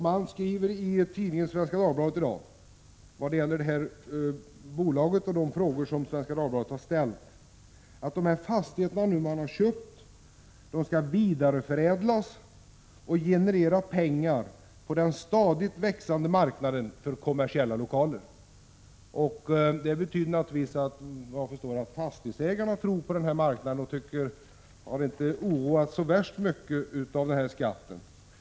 Det skrivs i tidningen att de fastigheter som man har köpt skall vidareförädlas och generera pengar på den stadigt expanderande marknaden för kommersiella lokaler. Detta betyder naturligtvis, efter vad jag förstår, att fastighetsägarna tror på denna marknad och inte oroas så mycket av denna skatt.